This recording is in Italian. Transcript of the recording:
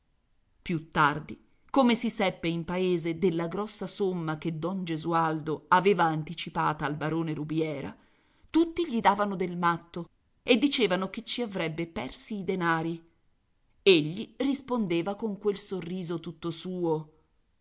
più tardi come si seppe in paese della grossa somma che don gesualdo aveva anticipata al barone rubiera tutti gli davano del matto e dicevano che ci avrebbe persi i denari egli rispondeva con quel sorriso tutto suo